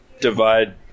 divide